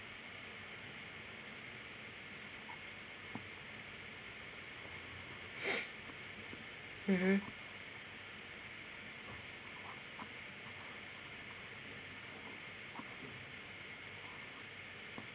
mmhmm